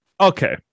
okay